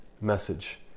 message